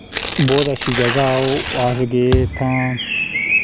बहुत अच्छी जगह ओह् अस गे इत्थां